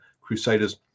Crusaders